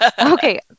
okay